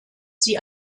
sie